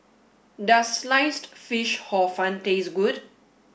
does sliced fish hor fun taste good